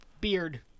Beard